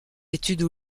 études